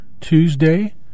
Tuesday